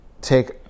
take